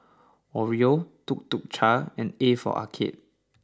Oreo Tuk Tuk Cha and A for Arcade